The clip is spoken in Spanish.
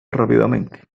rápidamente